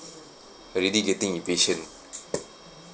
already getting inpatient